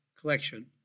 collection